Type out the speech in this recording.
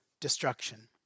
destruction